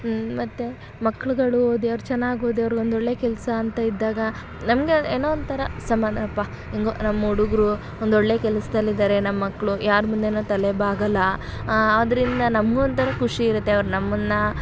ಹ್ಞೂ ಮತ್ತು ಮಕ್ಳುಗಳು ಓದಿ ಅವ್ರು ಚೆನ್ನಾಗಿ ಓದೋರು ಒಂದೊಳ್ಳೆ ಕೆಲಸ ಅಂತ ಇದ್ದಾಗ ನಮಗೆ ಏನೋ ಒಂಥರ ಸಮಾನ ಅಪ್ಪ ಹೆಂಗೋ ನಮ್ಮ ಹುಡುಗ್ರು ಒಂದೊಳ್ಳೆ ಕೆಲ್ಸ್ದಲ್ಲಿ ಇದ್ದಾರೆ ನಮ್ಮ ಮಕ್ಕಳು ಯಾರ ಮುಂದೆಯೂ ತಲೆ ಬಾಗೋಲ್ಲ ಆದ್ದರಿಂದ ನಮ್ಗೂ ಒಂಥರ ಖುಷಿ ಇರುತ್ತೆ ಅವ್ರು ನಮ್ಮನ್ನು